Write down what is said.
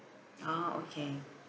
orh okay